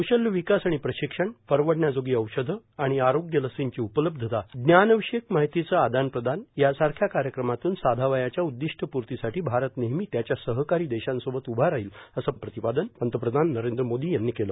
कौशल्य विकास आणि प्रशिक्षण परवडण्याजोगी औषधं आणि आरोग्य लसींची उपलब्धता ज्ञानविषयक माहितीचं आदान प्रदान यासारख्या कार्यक्रमातून साधावयाच्या उद्दिष्ट प्र्तीसाठी भारत नेहमी त्यांच्या सहकारी देषासोबत उभा राहिल असं प्रतिपादन पंतप्रधान नरेंद्र मोदी यांनी केलं